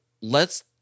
Let's-